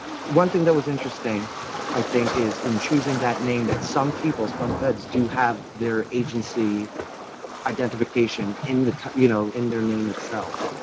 one thing that was interesting i think is in choosing that name that some people, some feds do have their agency identification in the you know, in their name itself.